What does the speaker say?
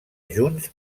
junts